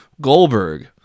Goldberg